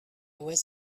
was